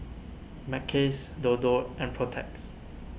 Mackays Dodo and Protex